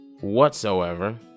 whatsoever